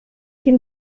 can